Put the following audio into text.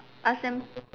ask them